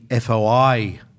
FOI